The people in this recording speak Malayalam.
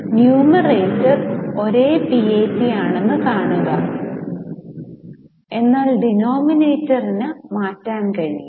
ന്യൂമറേറ്റർ ഒരേ PAT ആണെന്ന് കാണുക എന്നാൽ ഡിനോമിനേറ്ററിന് മാറ്റാൻ കഴിയും